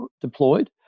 deployed